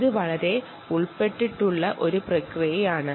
ഇത് വളരെ ഇൻവോൾവ്ഡ് ആയ ഒരു പ്രക്രിയയാണ്